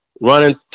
running